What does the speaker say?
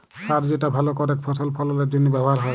সার যেটা ভাল করেক ফসল ফললের জনহে ব্যবহার হ্যয়